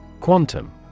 Quantum